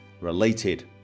related